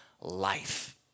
life